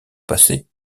passée